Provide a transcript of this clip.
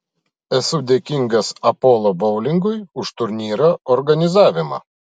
esu dėkingas apollo boulingui už turnyro organizavimą